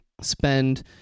spend